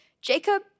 Jacob